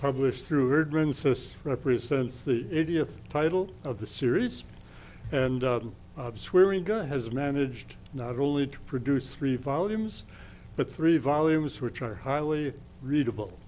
published through represents the india title of the series and swearing god has managed not only to produce three volumes but three volumes which are highly readable